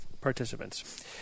participants